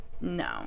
no